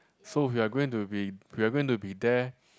so we're going to be we're going to be there